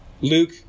Luke